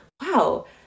wow